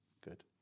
Good